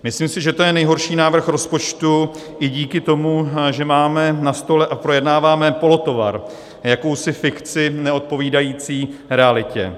Myslím si, že to je nejhorší návrh rozpočtu i díky tomu, že máme na stole a projednáváme polotovar, jakousi fikci neodpovídající realitě.